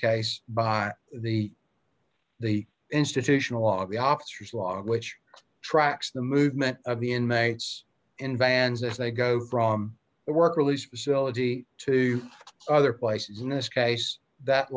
case by the the institutional augie officers law which tracks the movement of the inmates in bands as they go from the work release facility to other places in this case that